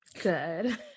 good